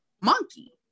monkey